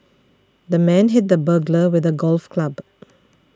the man hit the burglar with a golf club